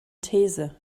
these